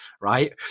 right